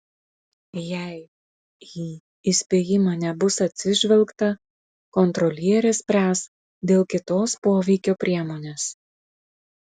jei į įspėjimą nebus atsižvelgta kontrolierė spręs dėl kitos poveikio priemonės